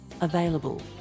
available